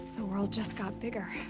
the world just got bigger.